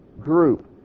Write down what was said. group